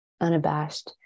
unabashed